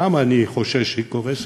שם אני חושש שהיא קורסת.